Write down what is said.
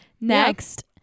Next